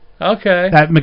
Okay